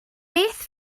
beth